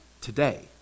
today